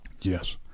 Yes